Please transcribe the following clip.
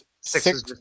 six